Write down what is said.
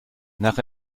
nach